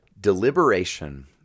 Deliberation